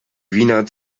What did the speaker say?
wiener